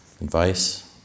advice